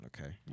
Okay